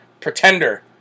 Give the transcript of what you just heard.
pretender